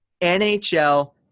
NHL